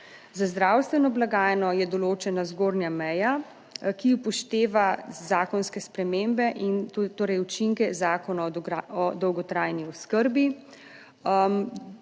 Za zdravstveno blagajno je določena zgornja meja, ki upošteva zakonske spremembe in torej učinke Zakona o dolgotrajni oskrbi.